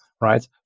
right